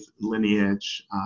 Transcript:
lineage